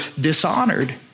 dishonored